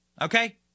okay